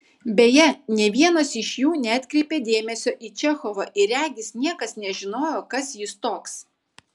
beje nė vienas iš jų neatkreipė dėmesio į čechovą ir regis niekas nežinojo kas jis toks